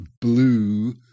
blue